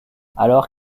alors